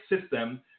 system